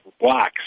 blocks